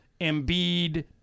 Embiid